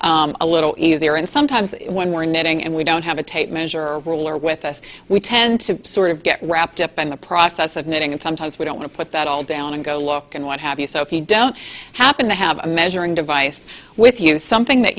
measuring a little easier and sometimes one more knitting and we don't have a tape measure ruler with us we tend to sort of get wrapped up in the process of knitting and sometimes we don't want to put that all down and go look and what have you so if you don't happen to have a measuring device with you something that